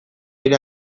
ere